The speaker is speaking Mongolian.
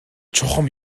чухам